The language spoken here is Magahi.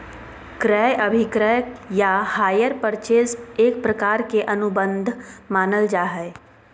क्रय अभिक्रय या हायर परचेज एक प्रकार के अनुबंध मानल जा हय